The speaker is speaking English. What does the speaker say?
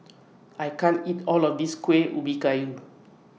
I can't eat All of This Kueh Ubi Kayu